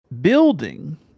building